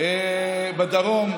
בדרום,